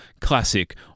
classic